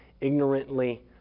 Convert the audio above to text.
ignorantly